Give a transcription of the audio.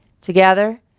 Together